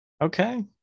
Okay